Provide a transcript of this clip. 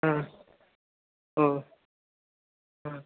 ஆ ஒ ம்